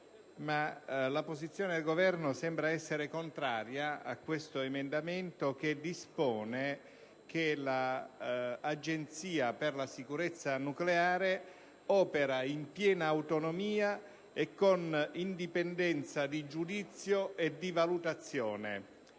La posizione del Governo sembra essere contraria all'emendamento 17.25, che dispone che l'Agenzia per la sicurezza nucleare operi in piena autonomia e con indipendenza di giudizio e di valutazione.